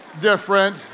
different